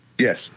Yes